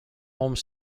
home